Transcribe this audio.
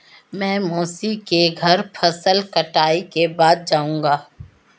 मैं मौसी के घर फसल कटाई के बाद जाऊंगा